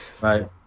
Right